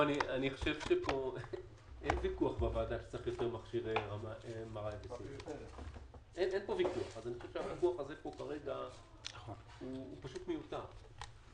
אין ויכוח בוועדה שצריך יותר מכשירי MRI. הוויכוח כרגע מיותר.